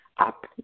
up